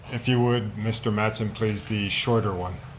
if you would, mr. matson, please, the shorter one.